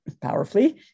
powerfully